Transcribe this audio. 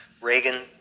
Reagan